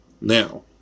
Now